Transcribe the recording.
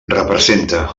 representa